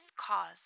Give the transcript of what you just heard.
cause